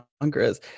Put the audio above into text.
Congress